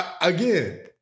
again